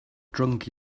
drunk